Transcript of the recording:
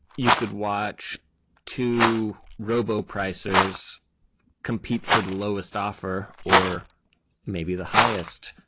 you could watch two robo pricers compete for the lowest offer, or maybe the highest.